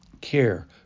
care